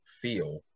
feel